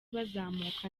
bazamuka